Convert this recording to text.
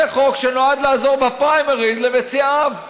זה חוק שנועד לעזור בפריימריז למציעיו.